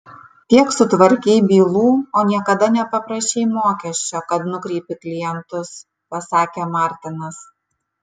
tiek sutvarkei bylų o niekada nepaprašei mokesčio kad nukreipi klientus pasakė martinas